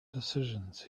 decisions